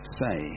say